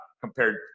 compared